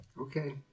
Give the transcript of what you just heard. Okay